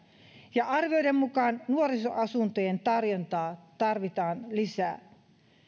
ja arvioiden mukaan nuorisoasuntojen tarjontaa tarvitaan lisää